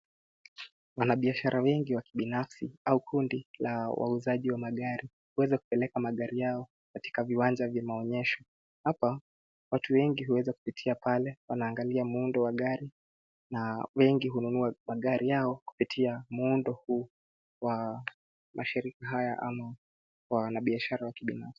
Wanabiashara wengi wa kibinafsi au kundi la wauzaji wa magari, wameweza kupeleka magari yao katika viwanja vya maonyesho. Hapa watu wengi huweza kupitia pale wanaangalia muundo wa gari, na wengi hununua magari yao kupitia muundo huu wa mashariki haya ama kwa wanabiashara wa kibinafsi.